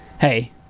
hey